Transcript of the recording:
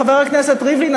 חבר הכנסת ריבלין,